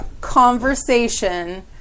conversation